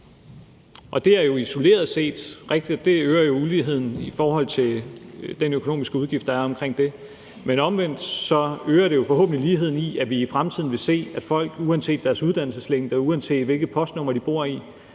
Og det er jo isoleret set rigtigt, at det øger uligheden i forhold til den økonomiske udgift, der er forbundet med det, men omvendt øger det forhåbentlig ligheden, i forhold til at vi i fremtiden vil se, at folk uanset deres uddannelses længde, og uanset hvilket postnummer de bor i,